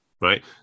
right